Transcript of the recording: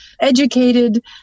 educated